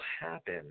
happen